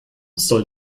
soll